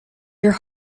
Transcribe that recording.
your